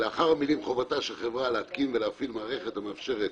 לאחר המילים: "חובתה של חברה להתקין ולהפעיל מערכת המאפשרת